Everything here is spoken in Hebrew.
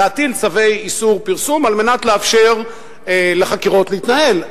להטיל צווי איסור פרסום על מנת לאפשר לחקירות להתנהל,